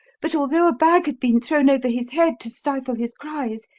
but, although a bag had been thrown over his head to stifle his cries,